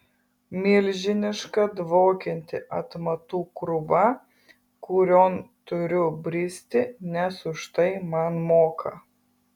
milžiniška dvokianti atmatų krūva kurion turiu bristi nes už tai man moka